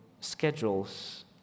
schedules